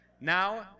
Now